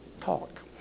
talk